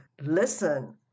listen